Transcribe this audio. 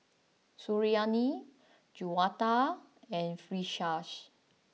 Suriani Juwita and Firash